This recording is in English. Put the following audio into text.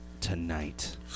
Tonight